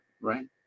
right